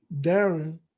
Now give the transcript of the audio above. Darren